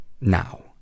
now